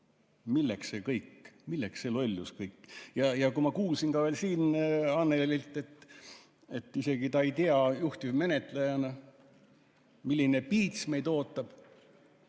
Milleks see kõik? Milleks see lollus? Kui ma kuulsin veel siin Annelylt, et isegi tema ei tea juhtivmenetlejana, milline piits meid ootab,